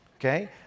Okay